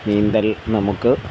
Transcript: നീന്തൽ നമുക്ക്